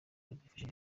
bwifashishije